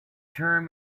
term